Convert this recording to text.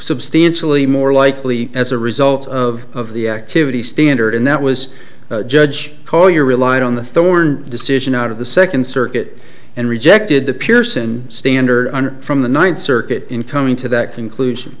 substantially more likely as a result of the activity standard and that was judge call your relied on the thorn decision out of the second circuit and rejected the pearson standard from the ninth circuit in coming to that conclusion